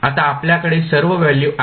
आता आपल्याकडे सर्व व्हॅल्यू आहेत